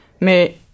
Mais